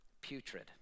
putrid